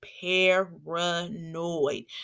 paranoid